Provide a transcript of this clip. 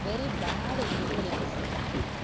very bad experience